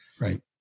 Right